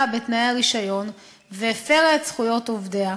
בתנאי הרישיון והפרה את זכויות עובדיה.